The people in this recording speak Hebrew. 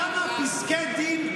כמה פסקי דין,